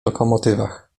lokomotywach